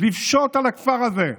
לפשוט על הכפר הזה,